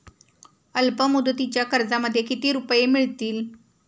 अल्पमुदतीच्या कर्जामध्ये किती रुपये मिळतील?